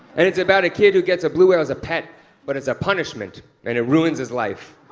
and it's about a kid who gets a blue whale as a pet but it's a punishment and it ruins his life.